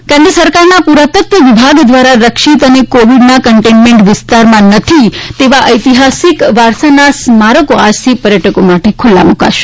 સ્મારકો કેન્દ્ર સરકારના પુરાતત્વ વિભાગ દ્વારા રક્ષિત અને કોવીડના કન્ટેનમેન્ટ વિસ્તારમાં નથી તેવા ઐતિહાસિક વારસાના સ્મારકો આજથી પર્યટકો માટે ખૂલ્લા મુકાશે